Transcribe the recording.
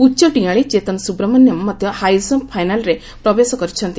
ଉଚ୍ଚ ଡିଆଁ ଚେତନ ସୁବ୍ରମନ୍ୟମ୍ ମଧ୍ୟ ହାଇଜମ୍ପ ଫାଇନାଲରେ ପ୍ରବେଶ କରିଛନ୍ତି